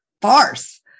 farce